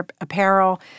apparel